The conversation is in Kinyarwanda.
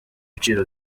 ibiciro